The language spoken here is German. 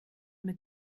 mit